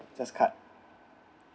just cut